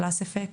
class effect.